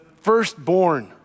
firstborn